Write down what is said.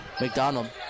McDonald